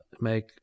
make